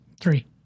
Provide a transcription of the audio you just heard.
Three